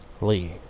Lee